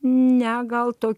ne gal to